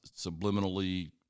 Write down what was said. subliminally